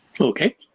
Okay